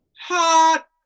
hot